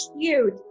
cute